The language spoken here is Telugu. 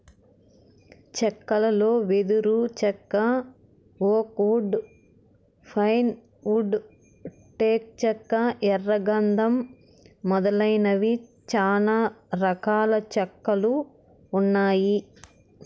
చెక్కలలో వెదురు చెక్క, ఓక్ వుడ్, పైన్ వుడ్, టేకు చెక్క, ఎర్ర గందం మొదలైనవి చానా రకాల చెక్కలు ఉన్నాయి